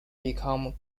became